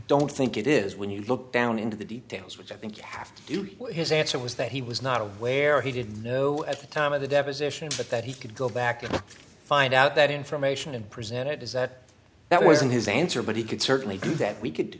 don't think it is when you look down into the details which i think you have to do his answer was that he was not aware he didn't know at the time of the deposition but that he could go back and find out that information and present it as that that was in his answer but he could certainly do that we could